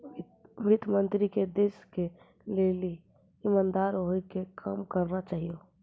वित्त मन्त्री के देश के लेली इमानदार होइ के काम करना चाहियो